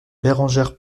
bérengère